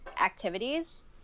activities